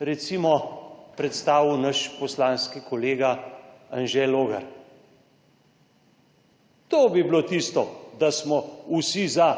recimo predstavil naš poslanski kolega Anže Logar. To bi bilo tisto, da smo vsi za